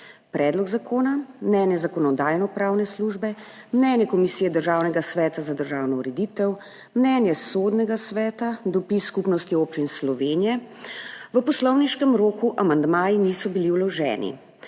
predlog zakona, mnenje Zakonodajno-pravne službe, mnenje Komisije Državnega sveta za državno ureditev, mnenje Sodnega sveta, dopis Skupnosti občin Slovenije. V poslovniškem roku amandmaji niso bili vloženi.